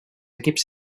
equips